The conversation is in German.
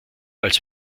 als